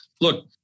Look